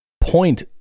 point